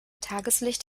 tageslicht